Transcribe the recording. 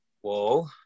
Whoa